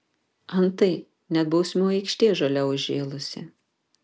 antai net bausmių aikštė žole užžėlusi